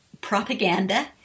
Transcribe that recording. propaganda